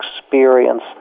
experience